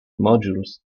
modules